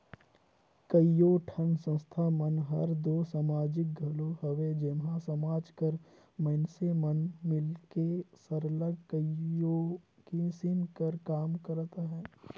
कइयो ठन संस्था मन हर दो समाजिक घलो हवे जेम्हां समाज कर मइनसे मन मिलके सरलग कइयो किसिम कर काम करत अहें